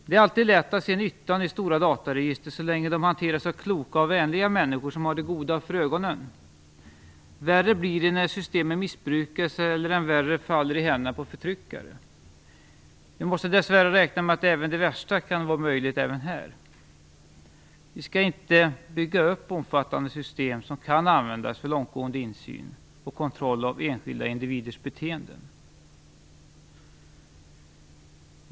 Det är alltid lätt att se nyttan med stora dataregister så länge de hanteras av kloka och vänliga människor som har det goda för ögonen. Värre blir det när systemen missbrukas eller, än värre, faller i händerna på förtryckare. Vi måste, dess värre, räkna med att det värsta också är möjligt här. Vi skall inte bygga upp omfattande system som kan användas för långtgående insyn och kontroll av enskilda individers beteenden.